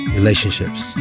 relationships